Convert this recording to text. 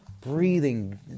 breathing